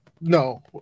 No